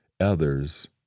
others